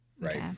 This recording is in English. right